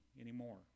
anymore